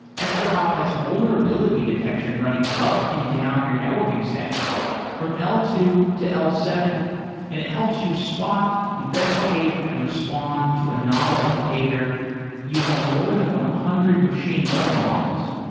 extrahop has vulnerability detection running up and down your networking stock from l two to l seven and it helps you spot, investigate and respond to anomalous behavior using more than one hundred machine learning models.